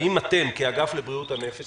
האם אתם כאגף לבריאות הנפש,